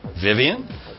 Vivian